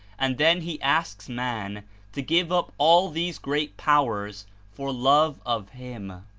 and then he asks man to give up all these great powers for love of him.